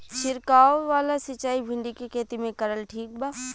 छीरकाव वाला सिचाई भिंडी के खेती मे करल ठीक बा?